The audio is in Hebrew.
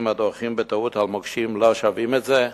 הדורכים בטעות על מוקשים לא שווים את זה?